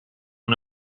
and